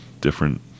different